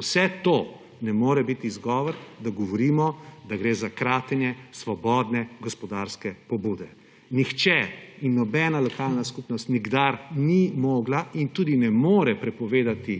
vse to ne more biti izgovor, da govorimo, da gre za kratenje svobodne gospodarske pobude. Nihče in nobena lokalna skupnost nikdar ni mogla in tudi ne more prepovedati